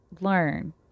learn